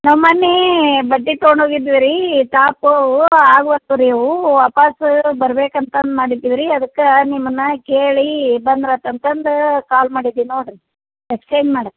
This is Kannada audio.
ನಾವು ಮೊನ್ನೆ ಬಟ್ಟೆ ತೊಗೊಂಡೋಗಿದ್ವಿ ರೀ ಟಾಪೂ ಆಗ್ವಲ್ದು ರೀ ಅವು ವಾಪಾಸ್ ಬರಬೇಕಂತ ಅಂದು ಮಾಡಿದ್ದೀವಿ ರೀ ಅದಕ್ಕೆ ನಿಮ್ಮನ್ನು ಕೇಳಿ ಬಂದ್ರೆ ಆತು ಅಂತಂದು ಕಾಲ್ ಮಾಡಿದೀವಿ ನೋಡಿರಿ ಎಕ್ಸ್ಚೇಂಜ್ ಮಾಡಿ